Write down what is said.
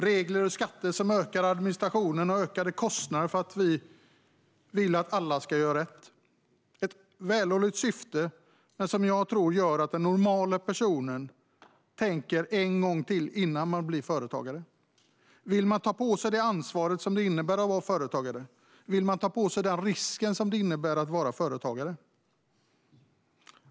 Regler och skatter som ökar administrationen och kostnaderna för att vi vill att alla ska göra rätt har ett vällovligt syfte, men jag tror att det gör att normala personer tänker en gång till innan de blir företagare. Vill man ta på sig det ansvar det innebär att vara företagare? Vill man ta den risk det innebär att vara företagare?